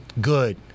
good